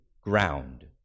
ground